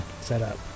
setup